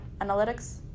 Analytics